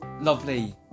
lovely